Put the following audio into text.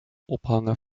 ophangen